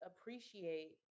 appreciate